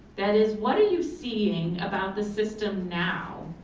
that is what are you seeing about the system now?